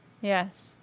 Yes